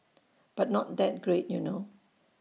but not that great you know